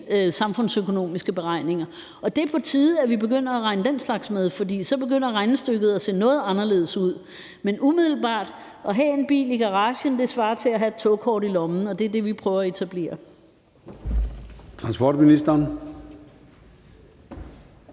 samfundsøkonomiske beregninger, og det er på tide, at vi begynder at regne den slags med, for så begynder regnestykket at se noget anderledes ud. Men umiddelbart svarer det at have en bil i garagen til at have et togkort i lommen, og det er det, vi prøver at etablere.